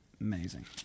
Amazing